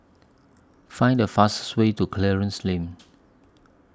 Find The fastest Way to Clarence Lane